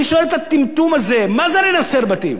אני שואל, את הטמטום הזה, מה זה לנסר בתים?